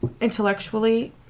intellectually